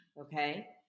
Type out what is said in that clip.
Okay